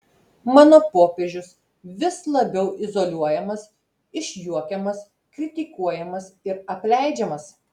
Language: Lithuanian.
mano popiežius vis labiau izoliuojamas išjuokiamas kritikuojamas ir apleidžiamas